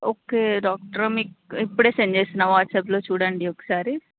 okay doctor మీకు ఇప్పుడే send చేసిన వాట్సాప్లో చూడండి ఒకసారి